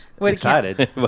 excited